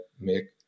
make